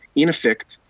in effect,